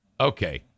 Okay